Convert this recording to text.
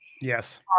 yes